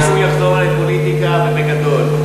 אני בטוח שהוא יחזור לפוליטיקה, ובגדול.